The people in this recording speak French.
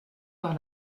par